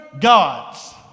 gods